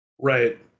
Right